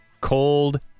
cold